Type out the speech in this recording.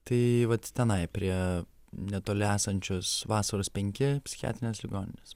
tai vat tenai prie netoli esančios vasaros penki psichiatrinės ligoninės